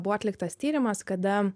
buvo atliktas tyrimas kada